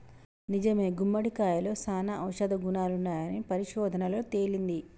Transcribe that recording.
నిజమే గుమ్మడికాయలో సానా ఔషధ గుణాలున్నాయని పరిశోధనలలో తేలింది